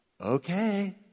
Okay